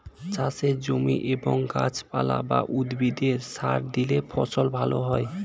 চাষের জমি এবং গাছপালা বা উদ্ভিদে সার দিলে ফসল ভালো হয়